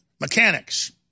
mechanics